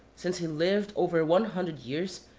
since he lived over one hundred years,